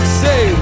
say